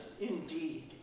indeed